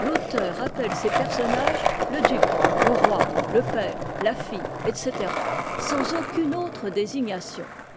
l'auteur appelle ses personnages le duc le roi le père la fille etc sans aucune autre